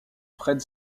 fred